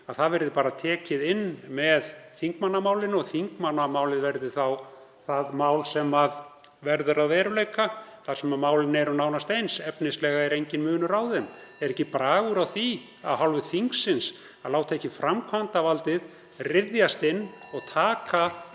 að það verði bara tekið inn með þingmannamálinu og þingmannamálið verði þá það mál sem verður að veruleika þar sem málin eru nánast eins, efnislega er enginn munur á þeim. (Forseti hringir.) Er ekki bragur á því af hálfu þingsins að láta ekki framkvæmdarvaldið ryðjast inn og taka